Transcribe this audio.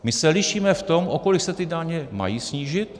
My se lišíme v tom, o kolik se ty daně mají snížit.